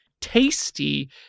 tasty